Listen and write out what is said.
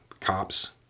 cops